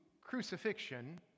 crucifixion